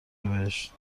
بهشت